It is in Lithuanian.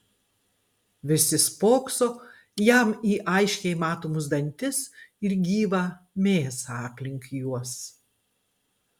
visi spokso jam į aiškiai matomus dantis ir gyvą mėsą aplink juos